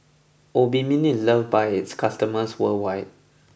Obimin is loved by its customers worldwide